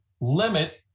limit